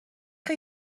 chi